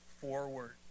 forward